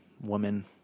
woman